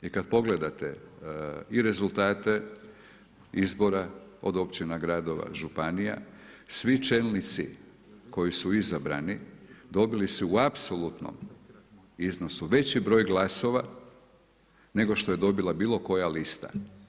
I kad pogledate i rezultate izbora od općina, gradova, županija svi čelnici koji su izabrani dobili su u apsolutnom iznosu veći broj glasova nego što je dobila bilo koja lista.